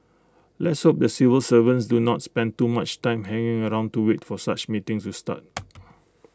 let's hope the civil servants do not spend too much time hanging around to wait for such meetings to start